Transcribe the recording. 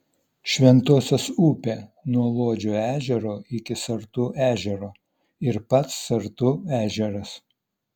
šventosios upė nuo luodžio ežero iki sartų ežero ir pats sartų ežeras